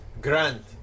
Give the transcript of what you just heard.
grant